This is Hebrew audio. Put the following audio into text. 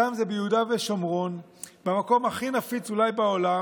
שם זה ביהודה ושומרון, במקום אולי הכי נפיץ בעולם.